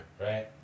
Right